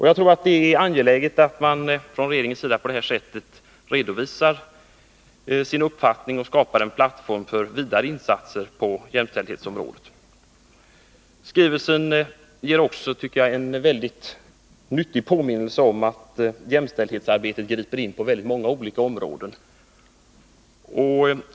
Jag tror att det är angeläget att regeringen på detta sätt redovisar sin uppfattning och skapar en plattform för vidare insatser på jämställdhetsområdet. Skrivelsen ger också, tycker jag, en nyttig påminnelse om att jämställdhetsarbetet griper in på väldigt många områden.